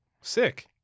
Sick